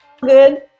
good